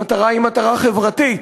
המטרה היא מטרה חברתית,